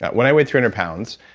when i weighed three hundred pounds,